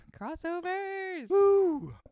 crossovers